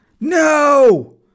No